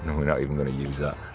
we're not even gonna use that.